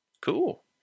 Cool